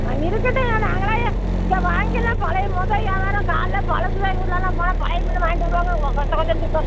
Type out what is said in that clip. ஆ இருக்கட்டும் அ நாங்களே இங்கே வாங்கிக்கலாம் பழைய மொதல் வியாபாரம் காலையில் பழசு வாங்கி விடலான்னு பழைய மீன் வாங்கிட்டு வருவாங்க கொச கொசன்னு இருக்கும்